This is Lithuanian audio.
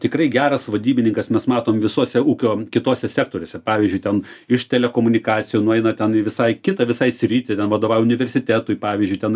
tikrai geras vadybininkas mes matom visuose ūkio kituose sektoriuose pavyzdžiui ten iš telekomunikacijų nueina ten į visai kitą visai sritį ten vadovauja universitetui pavyzdžiui ten